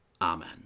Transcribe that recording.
Amen